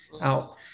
out